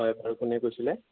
হয় বাৰু কোনে কৈছিল